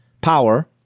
Power